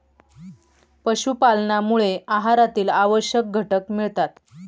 पशुपालनामुळे आहारातील आवश्यक घटक मिळतात